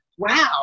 wow